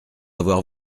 avoir